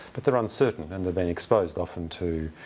but they're uncertain and they've been exposed often to